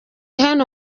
hano